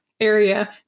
Area